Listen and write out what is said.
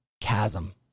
Chasm